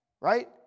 right